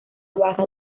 baja